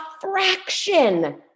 fraction